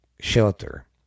shelter